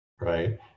right